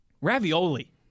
Ravioli